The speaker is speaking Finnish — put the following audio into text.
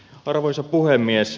arvoisa puhemies